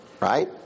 right